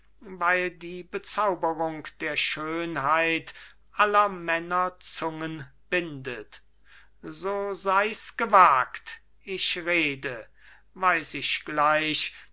weil die bezauberung der schönheit aller männer zungen bindet so seis gewagt ich rede weiß ich gleich